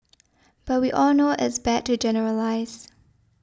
but we all know it's bad to generalise